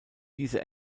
diese